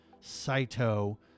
Saito